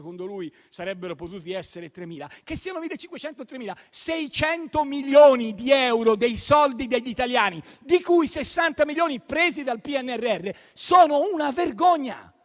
secondo lui sarebbero potuti essere 3.000. Che siano 1.500 o 3.000, 600 milioni di euro dei soldi degli italiani, di cui 60 milioni presi dal PNRR, sono una vergogna.